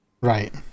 right